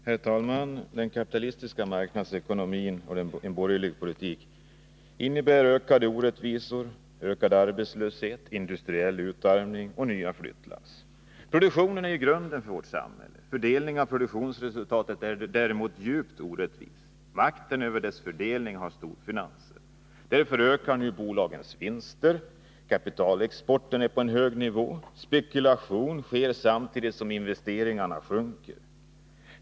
Herr talman! Den kapitalist a marknadsekonomin och en borgerlig politik innebär ökade orättvisor, ökad arbetslöshet, industriell utarmning och nya flyttlass. Produktionen är grunden för vårt samhälle. Fördelningen av produktionsresultatet är djupt orättvis. Makten över fördelningen har storfinansen. Därför ökar nu bolagens vinster. Kapitalexporten ligger på en hög nivå, och spekulationen ökar samtidigt som investeringarna minskar.